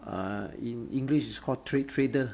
uh in english it's call traitor